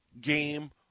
game